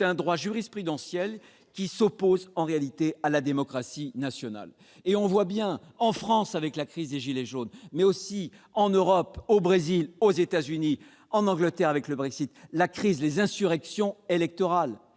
un droit jurisprudentiel, qui s'oppose, en réalité, à la démocratie nationale. Très bien ! On le voit en France avec la crise des « gilets jaunes », mais aussi en Europe, au Brésil, aux États-Unis, en Angleterre avec le Brexit. Ces crises, ces insurrections électorales